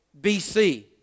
BC